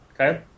Okay